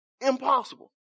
Impossible